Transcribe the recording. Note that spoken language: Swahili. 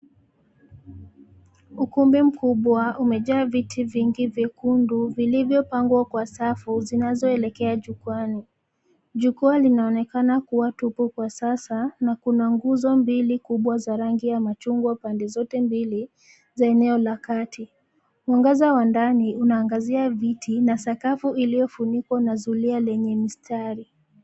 Ukumbi mkubwa umejaa viti vingi vyekundu vilivyopangwa kwa safu zinazoelekea jukwani. Jukwaa linaonekana kuwa tupu kwa sasa na kuna nguzo mbili kubwa za rangi ya machungwa pande zote mbili za eneo la kati. Mwangaza wa ndani unaangazia viti na sakafu iliyofunikwa na zulia lenye mistari.